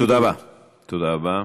תודה רבה.